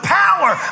power